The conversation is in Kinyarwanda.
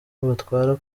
batwara